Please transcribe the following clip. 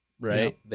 right